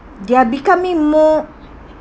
they're becoming more